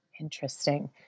Interesting